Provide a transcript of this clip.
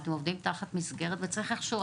הם עובדים תחת מסגרת וצריך איכשהו,